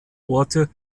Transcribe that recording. orte